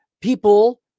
people